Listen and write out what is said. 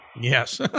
Yes